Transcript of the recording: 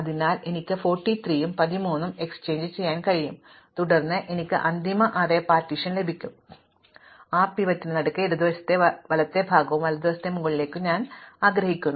അതിനാൽ എനിക്ക് 43 ഉം 13 ഉം എക്സ്ചേഞ്ച് ചെയ്യാൻ കഴിയും തുടർന്ന് എനിക്ക് അന്തിമ അറേ പാർട്ടീഷൻ ലഭിക്കും ആ പിവറ്റിന് നടുക്ക് ഇടത് വശത്ത് താഴത്തെ ഭാഗവും വലത് വശത്ത് മുകളിലേക്കും ഞാൻ ആഗ്രഹിക്കുന്നു